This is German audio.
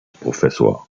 professor